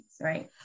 right